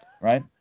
right